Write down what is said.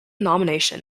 nomination